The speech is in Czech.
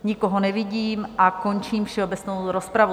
Nikoho nevidím a končím všeobecnou rozpravu.